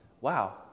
wow